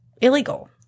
illegal